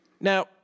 now